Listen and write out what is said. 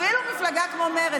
אפילו מפלגה כמו מרצ,